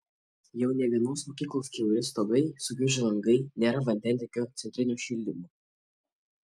jau ne vienos mokyklos kiauri stogai sukiužę langai nėra vandentiekio centrinio šildymo